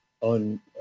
on